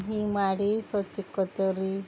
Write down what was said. ಹೀಗ್ ಮಾಡಿ ಸ್ವಚ್ಚ ಇಟ್ಕೋತೇವ್ರಿ